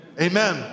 Amen